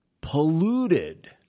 polluted